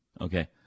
Okay